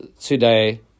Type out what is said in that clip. today